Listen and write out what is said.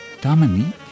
Dominique